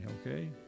okay